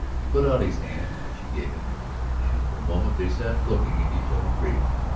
he put out his hand she gave him hers and for a moment they sat looking at each other gravely.